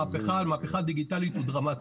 המהפכה הדיגיטלית היא דרמטית.